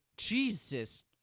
Jesus